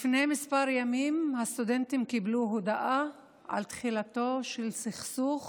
לפני כמה ימים הסטודנטים קיבלו הודעה על תחילתו של סכסוך